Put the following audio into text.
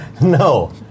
no